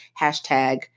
hashtag